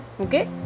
okay